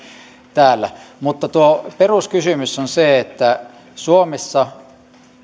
täällä mutta peruskysymys on se että suomessa